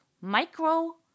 micro